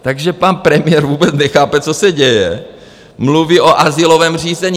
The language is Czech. Takže pan premiér vůbec nechápe, co se děje, mluví o azylovém řízení.